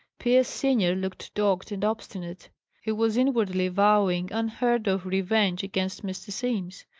pierce senior looked dogged and obstinate he was inwardly vowing unheard-of revenge against mr. simms.